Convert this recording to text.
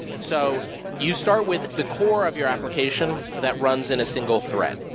so you start with the core of your application that runs in a single thread.